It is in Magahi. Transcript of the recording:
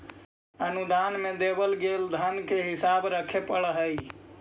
अनुदान में देवल गेल धन के हिसाब रखे पड़ा हई